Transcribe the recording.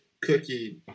cookie